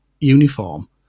uniform